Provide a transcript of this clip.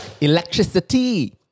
Electricity